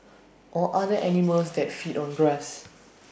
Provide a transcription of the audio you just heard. or other animals that feed on grass